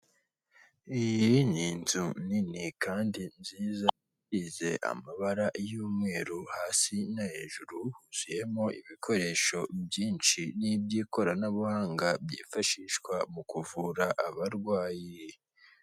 Iyi n'inzu nini kandi nziza isize amabara y'umweru hasi no hejuru huzuyemo ibikoresho byinshi n'iby'ikoranabuhanga byifashishwa mu kuvura abarwayi.